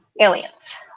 aliens